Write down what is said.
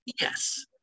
Yes